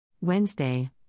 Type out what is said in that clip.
Wednesday